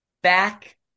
Back